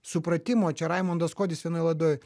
supratimo čia raimondas kuodis vienoj laidoj